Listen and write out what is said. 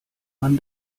man